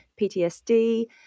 PTSD